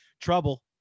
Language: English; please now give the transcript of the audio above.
trouble